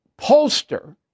pollster